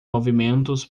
movimentos